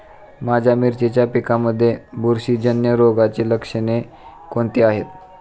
माझ्या मिरचीच्या पिकांमध्ये बुरशीजन्य रोगाची लक्षणे कोणती आहेत?